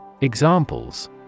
Examples